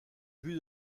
vue